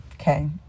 Okay